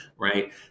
right